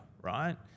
right